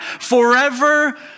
forever